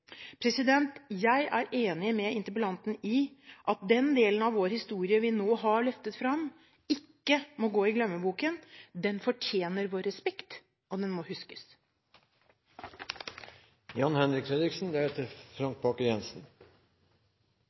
Jeg er enig med interpellanten i at den delen av vår historie vi nå har løftet fram, ikke må gå i glemmeboken. Den fortjener vår respekt, og den må huskes!